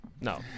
No